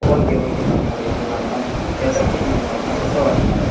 okay okay madam உங்களுக்கு வந்துடலாம் madam எத்தனை மணிக்கு மேடம் வரணும் எப்போ வரணும் மேடம்